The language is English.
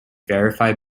verify